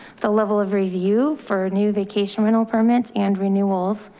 the level of review for new vacation rental permits and renewals.